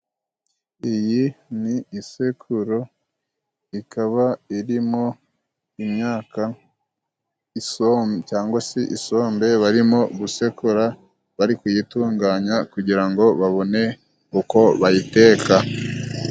Iyi ni isekuro ikaba irimo imyaka isombe cyangwa si isombe barimo gusekura bari kuyitunganya, kugira ngo babone uko bayiteka.